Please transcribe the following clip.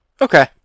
okay